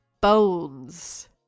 bones